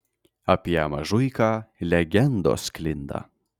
apie mažuiką legendos sklinda